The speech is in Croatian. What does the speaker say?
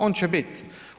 On će biti.